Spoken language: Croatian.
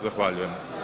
Zahvaljujem.